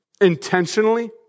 intentionally